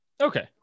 Okay